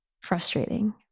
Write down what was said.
frustrating